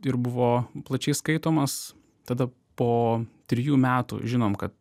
ir buvo plačiai skaitomas tada po trijų metų žinom ka